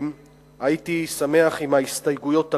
הייתי שמח אם ההסתייגויות הללו,